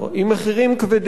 עם מחירים כבדים,